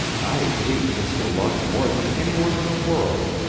i hate mr. luck more than any one in the world,